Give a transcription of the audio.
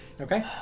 Okay